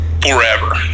forever